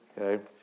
okay